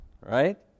right